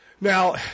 Now